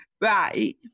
Right